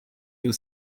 you